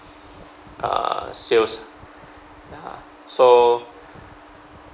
uh sales uh so